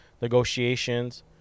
negotiations